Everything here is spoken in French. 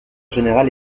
général